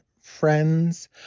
friends